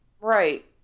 Right